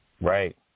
Right